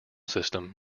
system